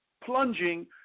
plunging